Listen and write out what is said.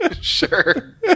Sure